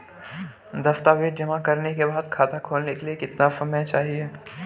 दस्तावेज़ जमा करने के बाद खाता खोलने के लिए कितना समय चाहिए?